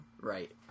Right